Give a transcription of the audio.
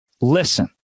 listen